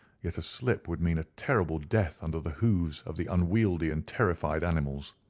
yet a slip would mean a terrible death under the hoofs of the unwieldy and terrified animals.